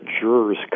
jurors